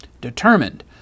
determined